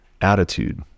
attitude